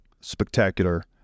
spectacular